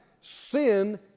sin